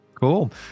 Cool